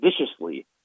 viciously